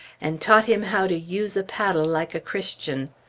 and taught him how to use a paddle like a christian.